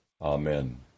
Amen